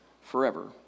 forever